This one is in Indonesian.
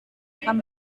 akan